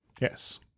Yes